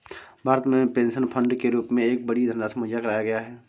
भारत में pension fund के रूप में एक बड़ी धनराशि मुहैया कराया गया है